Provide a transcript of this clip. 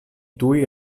tuj